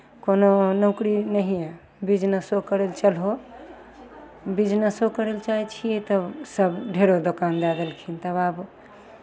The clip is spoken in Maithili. कोनो नौकरी नहिए बिजनेसो करय लए चलहौ बिजनेसो करय लए चाहै छियै तब सभ ढेरो दोकान भए गेलखिन तब आब